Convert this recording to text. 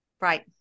Right